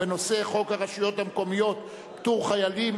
הרשויות המקומיות (פטור חיילים,